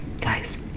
guys